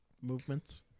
movements